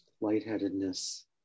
Lightheadedness